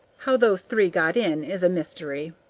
how those three got in is a mystery.